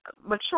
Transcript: mature